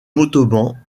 montauban